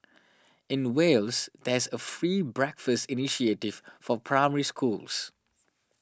in Wales there is a free breakfast initiative for Primary Schools